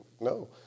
no